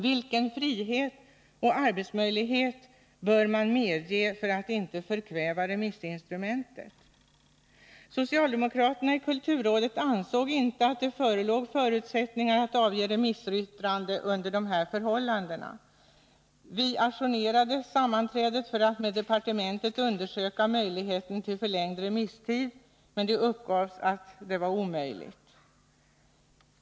Vilken frihet och arbetsmöjlighet bör man medge för att inte förkväva remissinstrumentet? Socialdemokraterna i kulturrådet ansåg att det inte förelåg förutsättningar att avge remissyttranden under dessa förhållanden. Vi ajournerade sammanträdet för att hos departementet undersöka möjligheten till förlängd remisstid, men detta uppgavs inte vara möjligt.